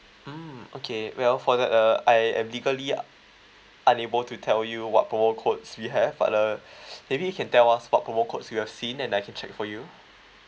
mm okay well for that uh I am legally uh unable to tell you what promo codes we have but uh maybe you can tell us what promo codes you have seen and I can check for you